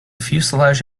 fuselage